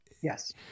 Yes